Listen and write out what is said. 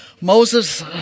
Moses